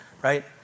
right